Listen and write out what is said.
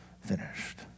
finished